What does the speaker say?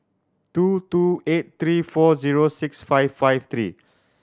two two eight three four zero six five five three